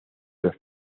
los